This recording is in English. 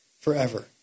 forever